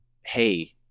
Hey